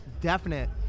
definite